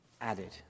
added